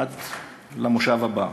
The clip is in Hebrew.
עד למושב הבא.